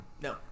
No